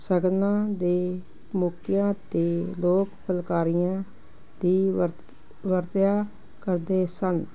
ਸ਼ਗਨਾਂ ਦੇ ਮੌਕਿਆਂ ਤੇ ਲੋਕ ਫੁਲਲਕਾਰੀਆਂ ਦੀ ਵਰਤਿਆ ਕਰਦੇ ਸਨ